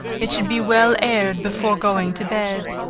it should be well aired before going to bed,